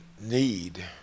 need